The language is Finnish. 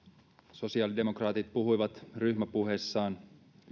sosiaalidemokraatit puhuivat ryhmäpuheessaan